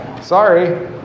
Sorry